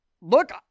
Look